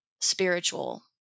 spiritual